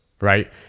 right